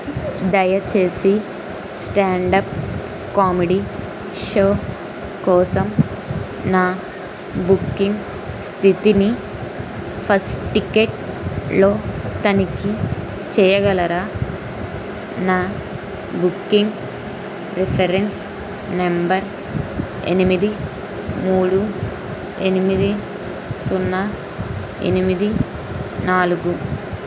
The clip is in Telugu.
దయచేసి స్టాండ్ అప్ కామెడీ షో కోసం నా బుకింగ్ స్థితిని ఫస్ట్ టికెట్లో తనిఖీ చేయగలరా నా బుకింగ్ రిఫరెన్స్ నంబర్ ఎనిమిది మూడు ఎనిమిది సున్నా ఎనిమిది నాలుగు